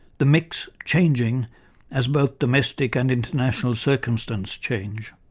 the mix changing as both domestic and international circumstance change.